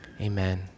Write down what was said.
amen